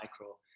micro